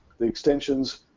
the extensions,